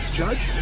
judge